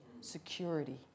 security